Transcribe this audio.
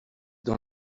dans